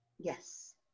Yes